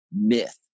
Myth